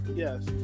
yes